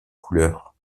couleurs